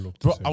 Bro